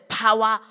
power